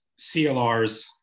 CLRs